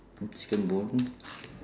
chicken bone